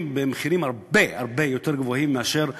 במחירים הרבה הרבה יותר גבוהים מאשר בחוץ-לארץ,